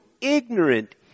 ignorant